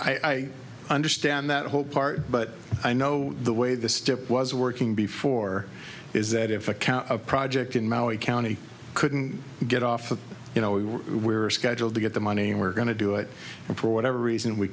i understand that whole part but i know the way this tip was working before is that if a cow project in maui county couldn't get off of you know we were scheduled to get the money we're going to do it for whatever reason we